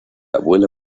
abuela